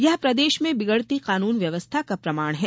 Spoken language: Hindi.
यह प्रदेश में बिगड़ती कानून व्यवस्था का प्रमाण है